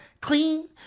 clean